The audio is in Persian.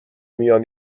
میان